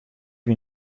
wie